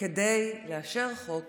כדי לאשר חוק